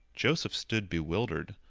joseph stood bewildered,